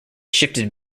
shifted